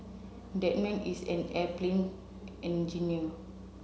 that man is an airplane engineer